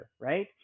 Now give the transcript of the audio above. right